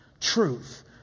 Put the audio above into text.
Truth